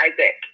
Isaac